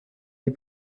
die